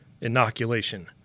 Inoculation